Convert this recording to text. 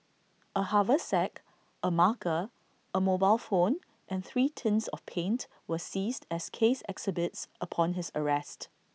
A haversack A marker A mobile phone and three tins of paint were seized as case exhibits upon his arrest